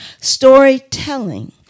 Storytelling